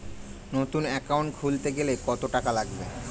নতুন একাউন্ট খুলতে গেলে কত টাকা লাগবে?